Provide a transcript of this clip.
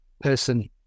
person